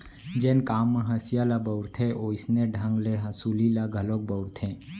जेन काम म हँसिया ल बउरथे वोइसने ढंग ले हँसुली ल घलोक बउरथें